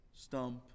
Stump